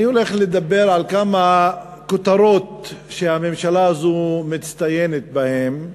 אני הולך לדבר על כמה כותרות שהממשלה הזאת מצטיינת בהן,